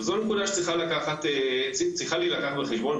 וזו נקודה שצריכה להילקח בחשבון.